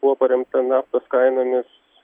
buvo paremta naftos kainomis